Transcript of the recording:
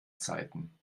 zeiten